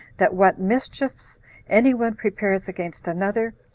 that what mischiefs any one prepares against another,